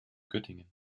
göttingen